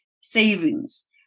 savings